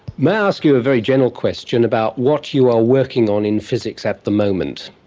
may i ask you a very general question about what you are working on in physics at the moment?